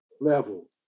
level